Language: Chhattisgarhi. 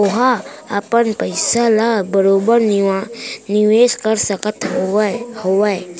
ओहा अपन पइसा ल बरोबर निवेस कर सकत हावय